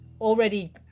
already